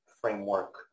framework